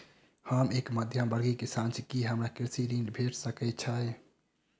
हम एक मध्यमवर्गीय किसान छी, की हमरा कृषि ऋण भेट सकय छई?